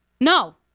No